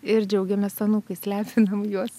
ir džiaugiamės anūkais lepinam juos